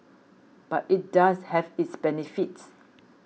but it does have its benefits